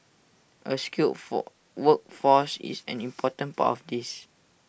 A skilled for workforce is an important part of this